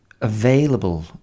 available